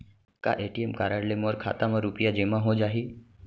का ATM card ले मोर खाता म रुपिया जेमा हो जाही?